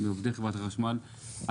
עובדי חברת החשמל שלא משלמים,